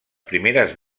primeres